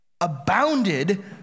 abounded